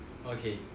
okay